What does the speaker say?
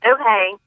Okay